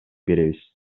беребиз